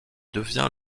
devient